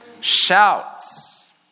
Shouts